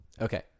Okay